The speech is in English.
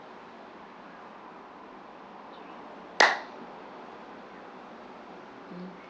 mm